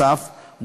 נוסף על כך,